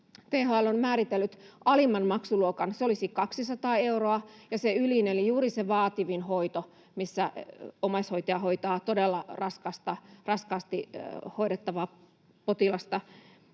THL on määritellyt alimman maksuluokan, se olisi 200 euroa, ja se ylin eli juuri se vaativin hoito, missä omaishoitaja hoitaa todella raskaasti hoidettavaa potilasta,